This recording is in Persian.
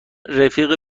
رفیق